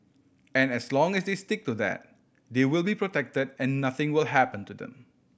and as long they stick to that they will be protected and nothing will happen to them